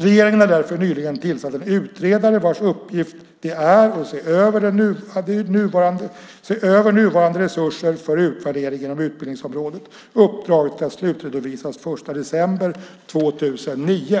Regeringen har därför nyligen tillsatt en utredare vars uppgift är att se över nuvarande resurser för utvärdering inom utbildningsområdet. Uppdraget ska slutredovisas den 1 december 2009.